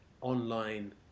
online